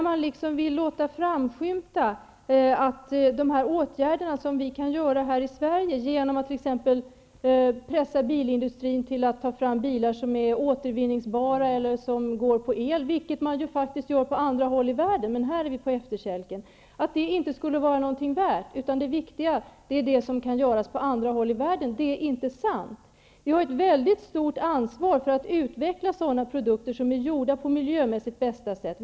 Man vill låta framskymta att de åtgärder som vi kan vidta här i Sverige genom att t.ex. pressa bilindustrin till att ta fram bilar som är återvinningsbara eller går på el -- vilket man faktiskt gör på andra håll i världen, men här är vi på efterkälken -- inte skulle vara någonting värt, utan att det viktiga är vad som kan göras på andra håll i världen. Det är inte sant. Vi har ett mycket stort ansvar för att utveckla sådana produkter som är gjorda på miljömässigt bästa sätt.